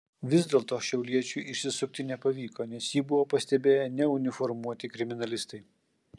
vis dėlto šiauliečiui išsisukti nepavyko nes jį buvo pastebėję neuniformuoti kriminalistai